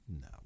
no